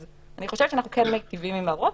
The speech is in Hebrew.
אז אני חושבת שאנחנו כן מיטיבים עם הרוב.